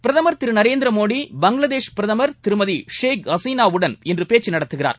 பிரதமர் திரு நரேந்திரமோடி பங்களாதேஷ் பிரதமர் திருமதி ஷேக் ஹசிளாவுடன் இன்று பேச்சு நடத்துகிறார்